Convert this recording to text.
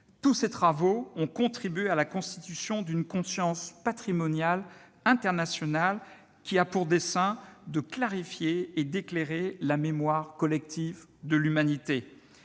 Tous ces travaux ont contribué à la constitution d'une conscience patrimoniale internationale qui a pour dessein « de clarifier et d'éclairer la mémoire collective de l'humanité